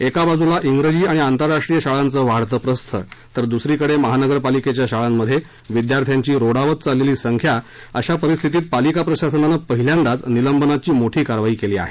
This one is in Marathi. एका बाजूला उजिजी आणि डेरनध्वजिल शाळांचं वाढतं प्रस्थ तर दुसरीकडे पालिकेच्या शाळांमध्ये विद्यार्थ्यांची रोडावत चाललेली संख्या अशा परिस्थितीत पालिका प्रशासनानं पहिल्यांदाच निलंबनाची मोठी कारवाई केली आहे